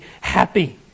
happy